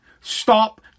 stop